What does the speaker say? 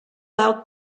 out